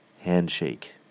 handshake